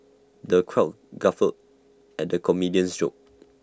the crowd guffawed at the comedian's jokes